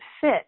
fit